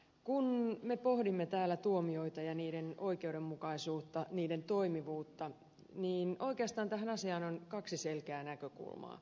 kun me pohdimme täällä tuomioita ja niiden oikeudenmukaisuutta niiden toimivuutta niin oikeastaan tähän asiaan on kaksi selkeää näkökulmaa